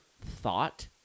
thought